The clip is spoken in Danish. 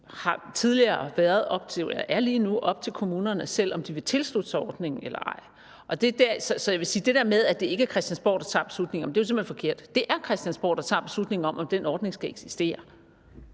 er lige nu op til kommunerne selv, om de vil tilslutte sig ordningen eller ej. Så jeg vil sige, at det der med, at det ikke er Christiansborg, der tager beslutningerne, er simpelt hen forkert. Det er Christiansborg, der tager beslutningen om, om den ordning skal eksistere.